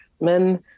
men